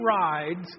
rides